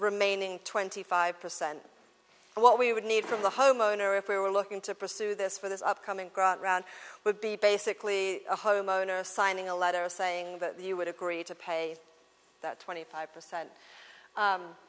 remaining twenty five percent and what we would need from the homeowner if we were looking to pursue this for this upcoming round would be basically a homeowner signing a letter saying that you would agree to pay that twenty five percent